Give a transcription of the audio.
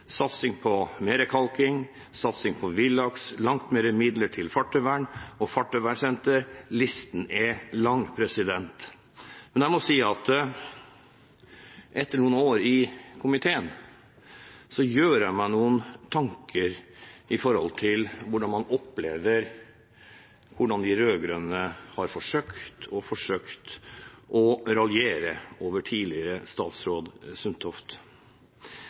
satsing på mer kalking, satsing på villaks, langt mer midler til fartøyvern og fartøyvernsenter. Listen er lang. Men jeg må si at etter noen år i komiteen gjør jeg meg noen tanker om hvordan man har opplevd at de rød-grønne har forsøkt og forsøkt å raljere over tidligere statsråd Sundtoft